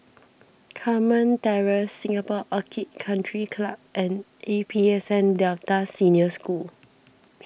Carmen Terrace Singapore Orchid Country Club and A P S N Delta Senior School